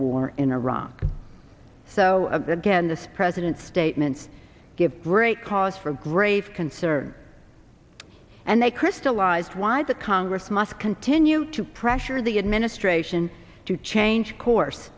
war in iraq so again this president's statements give great cause for grave concern and they crystallize why the congress must continue to pressure the administration to change course